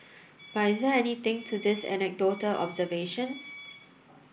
but is there anything to these anecdotal observations